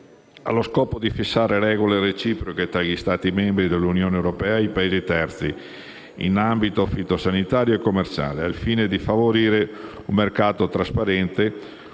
allo scopo di fissare regole reciproche tra gli Stati membri dell'Unione europea e i Paesi terzi in ambito fitosanitario e commerciale, al fine di favorire un mercato trasparente,